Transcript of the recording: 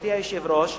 גברתי היושבת-ראש,